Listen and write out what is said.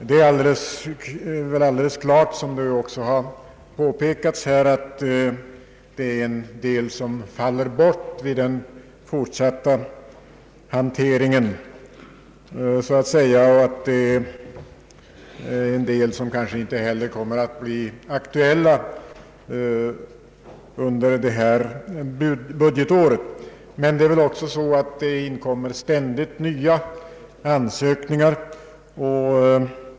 Det är väl alldeles klart, som också har påpekats, att en del objekt faller bort vid den fortsatta prövningen och att en del kanske inte heller blir aktuella under detta budgetår. Men nya ansökningar inkommer ständigt.